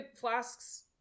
Flask's